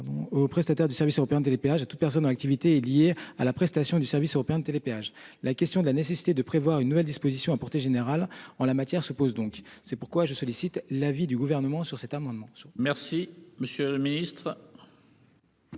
aux prestataires de service européen de télépéage à toute personne en activité est liée à la prestation du service européen de télépéage. La question de la nécessité de prévoir une nouvelle disposition à portée générale en la matière se pose donc c'est pourquoi je sollicite l'avis du gouvernement sur cet amendement. Merci, monsieur le Ministre.----